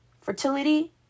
fertility